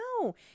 No